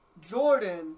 Jordan